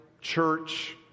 church